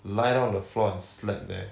lie down on the floor and slept there